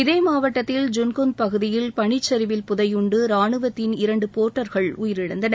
இதே மாவட்டத்தில் ஜுன்குந்த் பகுதியில் பனிச்சரிவில் புதையுண்டு ராணுவத்தின் இரண்டு போர்ட்டர்கள் உயிரிழந்தனர்